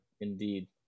Indeed